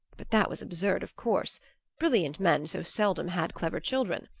but that was absurd, of course brilliant men so seldom had clever children.